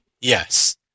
Yes